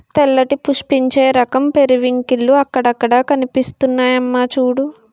తెల్లటి పుష్పించే రకం పెరివింకిల్లు అక్కడక్కడా కనిపిస్తున్నాయమ్మా చూడూ